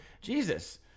Jesus